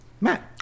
Matt